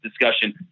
discussion